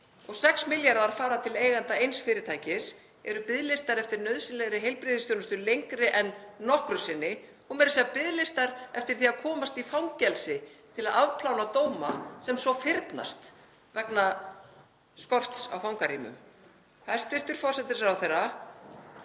og 6 milljarðar fara til eiganda eins fyrirtækis eru biðlistar eftir nauðsynlegri heilbrigðisþjónustu lengri en nokkru sinni og meira að segja biðlistar eftir því að komast í fangelsi til að afplána dóma sem svo fyrnast vegna skorts á fangarýmum. Hæstv. forsætisráðherra,